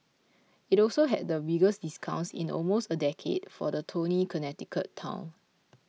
it also had the biggest discounts in almost a decade for the Tony Connecticut town